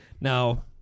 Now